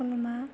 सल'मा